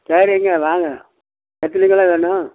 சரிங்க வாங்க எத்தனி கிலோ வேணும்